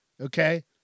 Okay